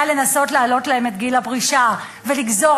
לנסות להעלות להן את גיל הפרישה ולגזור